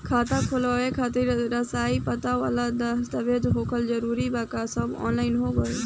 खाता खोलवावे खातिर स्थायी पता वाला दस्तावेज़ होखल जरूरी बा आ सब ऑनलाइन हो जाई?